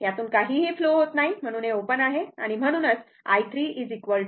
यातून काहीही फ्लो होत नाही आणि हे ओपन आहे म्हणून i 3 i 1